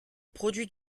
produits